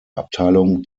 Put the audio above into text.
abteilung